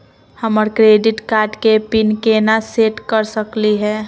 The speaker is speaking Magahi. हमर क्रेडिट कार्ड के पीन केना सेट कर सकली हे?